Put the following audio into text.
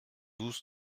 douze